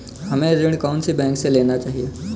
हमें ऋण कौन सी बैंक से लेना चाहिए?